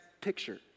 picture